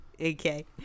okay